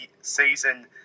season